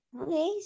okay